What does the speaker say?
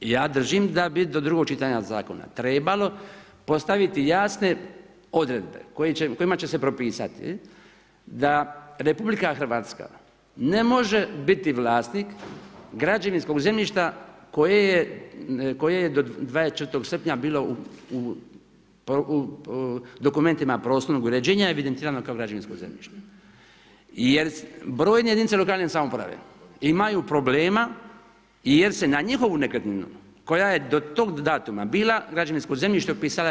Ja držim da bi do drugog čitanja zakona trebalo postaviti jasne odrede kojima će se propisati da RH ne može biti vlasnik građevinskog zemljišta koje je do 24. srpnja bilo u dokumentima prostornog uređenja evidentirano kao građevinsko zemljište jer brojne jedinice lokalne samouprave imaju problema jer se na njihovu nekretninu koja je do tog datuma bila građevinsko zemljište upisala RH.